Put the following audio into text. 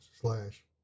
slash